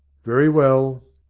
very well.